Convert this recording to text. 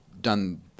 done